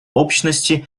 общности